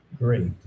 Great